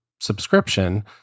Subscription